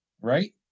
right